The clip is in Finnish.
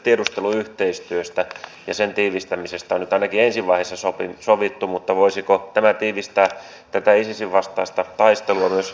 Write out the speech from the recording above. nähtävästi tiedusteluyhteistyöstä ja sen tiivistämisestä on nyt ainakin ensi vaiheessa sovittu mutta voisiko tämä tiivistää tätä isisin vastaista taistelua myös entisestään muutoin